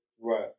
Right